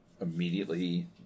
immediately